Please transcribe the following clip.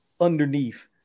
underneath